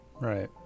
Right